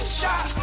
shot